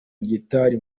gitari